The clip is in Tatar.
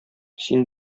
син